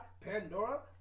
Pandora